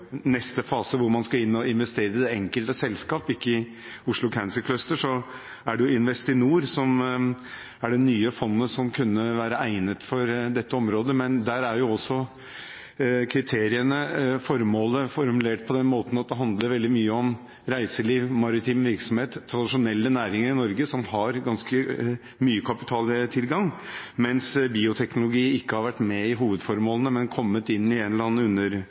neste fase – når man skal inn og investere i det enkelte selskap, ikke i Oslo Cancer Cluster – er Investinor det nye fondet som kunne være egnet for dette området. Men der er også kriteriene, formålet, formulert på den måten at det handler veldig mye om reiseliv, maritim virksomhet, tradisjonelle næringer i Norge som har ganske mye kapitaltilgang, mens bioteknologi ikke har vært med i hovedformålene, men kommet inn i en